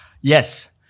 yes